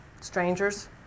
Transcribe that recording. strangers